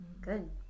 Good